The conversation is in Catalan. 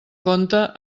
compte